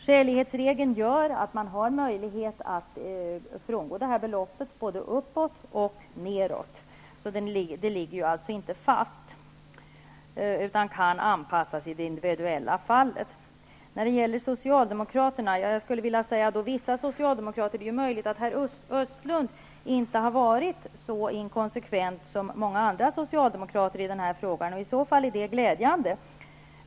Skälighetsregeln gör att man har möjlighet att frångå det beloppet, både uppåt och neråt, så det ligger inte fast utan kan anpassas i det individuella fallet. Det är möjligt att herr Östlund inte har varit så inkonsekvent som många andra socialdemokrater i denna fråga. I så fall är det glädjande.